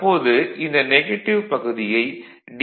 தற்போது இந்த நெகட்டிவ் பகுதியை டி